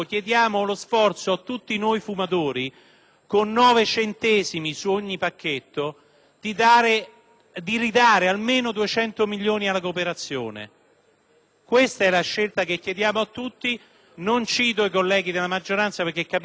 restituire almeno 200 milioni alla cooperazione. Questa e la scelta che chiediamo a tutti. Non cito i colleghi della maggioranza perche´ capisco la loro situazione, ma ritengo sia giusto che cio` si sappia. (Applausi